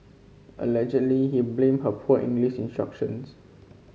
allegedly he blamed her poor English instructions